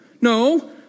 no